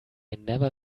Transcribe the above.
never